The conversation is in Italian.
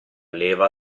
leva